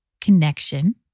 connection